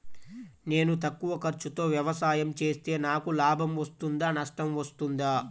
నేను తక్కువ ఖర్చుతో వ్యవసాయం చేస్తే నాకు లాభం వస్తుందా నష్టం వస్తుందా?